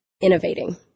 innovating